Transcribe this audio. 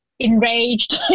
enraged